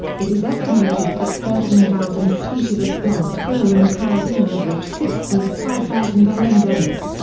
it is estimated that thirteen thousand species of plant grow in the caribbean of which six point five thousand are endemic.